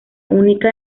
única